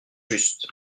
juste